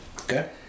Okay